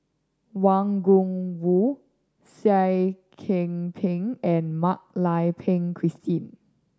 Wang Gungwu Seah Kian Peng and Mak Lai Peng Christine